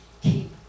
Keep